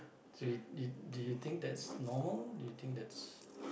so you you do you think that's normal do you think that's